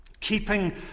Keeping